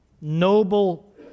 noble